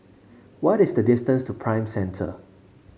what is the distance to Prime Centre